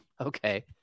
okay